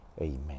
Amen